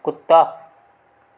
कुत्ता